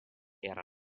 era